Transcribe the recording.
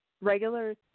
regular